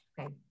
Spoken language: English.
Okay